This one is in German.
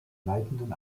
leitenden